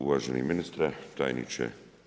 Uvaženi ministre, tajniče.